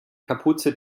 kapuze